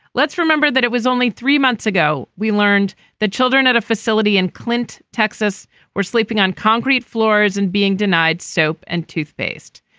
let's remember that it was only three months ago we learned that children at a facility in clint texas were sleeping on concrete floors and being denied soap and toothpaste.